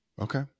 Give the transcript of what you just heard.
Okay